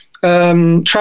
Travel